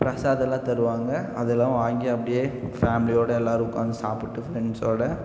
பிரசாதம்லாம் தருவாங்க அதெல்லாம் வாங்கி அப்படியே ஃபேமிலியோடு எல்லோரும் உட்காந்து சாப்பிட்டு ஃப்ரெண்ட்ஸோடு